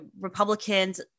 Republicans